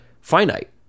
finite